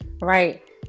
Right